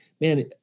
man